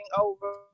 over